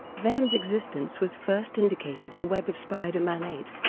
venom's existence was first indicated in web of spider-man eight,